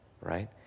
right